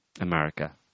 America